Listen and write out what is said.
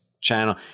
channel